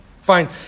Fine